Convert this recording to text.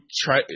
try